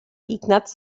ignaz